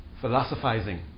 philosophizing